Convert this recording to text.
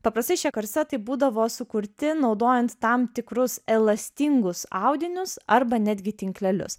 paprastai šie korsetai būdavo sukurti naudojant tam tikrus elastingus audinius arba netgi tinklelius